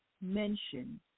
mention